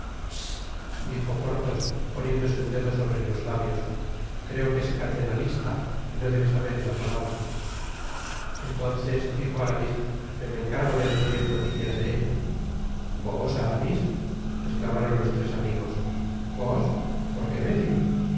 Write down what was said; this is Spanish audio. dijo porthos poniéndose un dedo sobre los labios creo que es cardenalista y no debe saber una palabra entonces dijo aramis yo me encargo de adquirir noticias de ella vos aramis esclamaron los tres amigos vos por qué medio